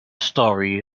stori